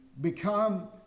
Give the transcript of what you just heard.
become